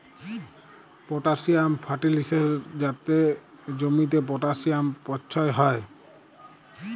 potassium ফার্টিলিসের যাতে জমিতে পটাসিয়াম পচ্ছয় হ্যয়